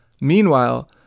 Meanwhile